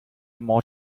more